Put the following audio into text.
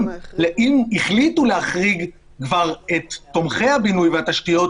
אם החליטו להחריג כבר את תומכי הבינוי והתשתיות,